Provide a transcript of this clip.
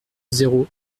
zéro